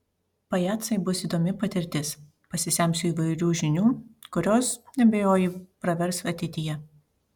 pajacai bus įdomi patirtis pasisemsiu įvairių žinių kurios neabejoju pravers ateityje